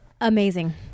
amazing